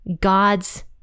God's